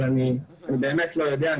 אבל אני באמת לא יודע.